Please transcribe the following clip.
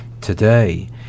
today